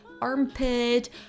armpit